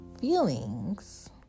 feelings